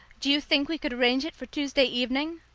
do you think we could arrange it for tuesday evening?